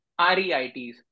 REITs